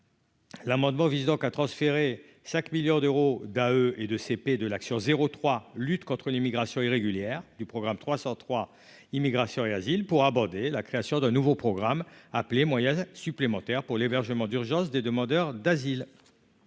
L'amendement visant à transférer 5 millions d'euros d'un E et de CP de l'action 03, lutte contre l'immigration irrégulière du programme 303 immigration et asile pour aborder la création d'un nouveau programme appelé moyens supplémentaires pour l'hébergement d'urgence des demandeurs d'asile.